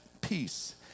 peace